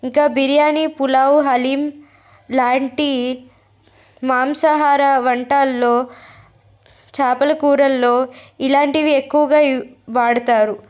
ఇంకా బిర్యానీ పులావు హలీం లాంటి మాంసాహార వంటాల్లో చాపల కూరల్లో ఇలాంటివి ఎక్కువగా వాడతారు